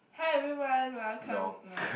hi everyone welcome no